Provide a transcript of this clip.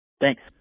thanks